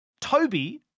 Toby